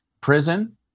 prison